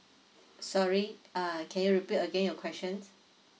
sorry uh can you repeat again your questions